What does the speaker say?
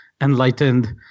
enlightened